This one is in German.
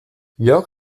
jörg